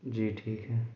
जी ठीक है